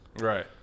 Right